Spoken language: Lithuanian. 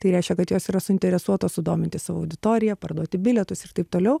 tai reiškia kad jos yra suinteresuotos sudominti savo auditoriją parduoti bilietus ir taip toliau